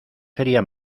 sería